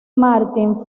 martin